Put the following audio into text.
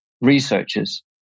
researchers